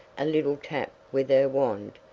a little tap with her wand,